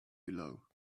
below